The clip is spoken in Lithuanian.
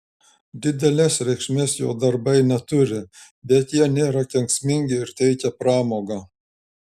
didelės reikšmės jo darbai neturi bet jie nėra kenksmingi ir teikia pramogą